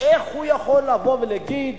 איך הוא יכול לבוא ולהגיד: